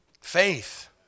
Faith